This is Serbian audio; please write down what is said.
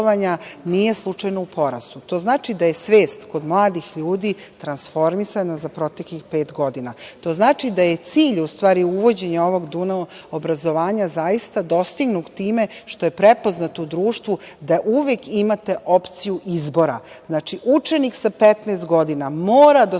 nije slučajno u porastu. To znači da je svest kod mladih ljudi transformisana za proteklih pet godina. To znači da je cilj u stvari uvođenje ovog dualnog obrazovanja zaista dostignut time što je prepoznat u društvu da uvek imate opciju izbora. Znači, učenik sa 15 godina mora do